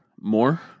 More